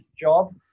job